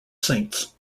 saints